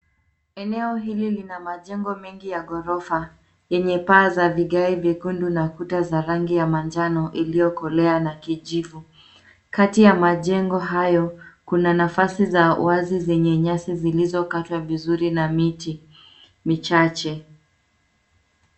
Eneo hili lina majengo mengi ya ghorofa yenye paa za vigae vyekundu na kuta za rangi ya manjano iliyokolea na kijivu. Kati ya majengo hayo, kuna nafasi za wazi zenye nyasi zilizokatwa vizuri na miti michache.